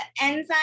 enzyme